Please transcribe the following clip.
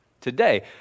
today